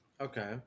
okay